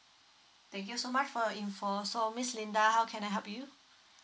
thank you so much for your info so miss Linda how can I help you